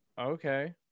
Okay